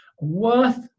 worth